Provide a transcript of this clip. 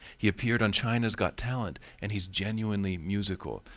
he appeared on china's got talent and he is genuinely musical.